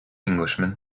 englishman